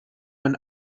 man